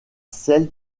celle